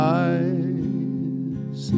eyes